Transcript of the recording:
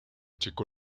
chico